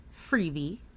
Freebie